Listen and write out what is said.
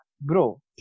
Bro